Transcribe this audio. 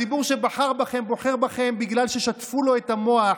הציבור שבחר בכם בוחר בכם בגלל ששטפו לו את המוח